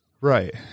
right